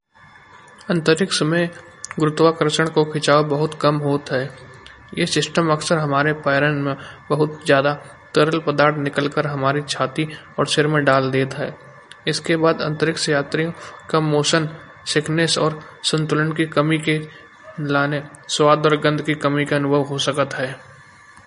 अंतरिक्ष में गुरुत्वाकर्षण को खिंचाव बहुत कम होता है। यह सिस्टम अक्सर हमारे पैरों में बहुत ज्यादा तरल पदार्थ निकालकर हमारे छाती और सिर में डाल देता है। इसके बाद अंतरिक्ष यात्री कम मोशन सिकनेस और संतुलन की कमी के कारण स्वाद और गंध की कमी का अनुभव हो सकता है।